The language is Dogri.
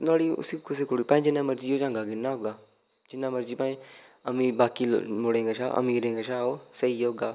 नुआढ़ी उसी भाएं जिन्ना मर्जी ओह् चंगा की नी होगा जिन्ना मर्जी भाएं अमीर बाकी मुड़ें कशा अमीरें कशा ओह् स्हेई होगा